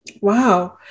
Wow